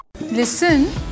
Listen